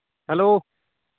hello